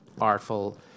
artful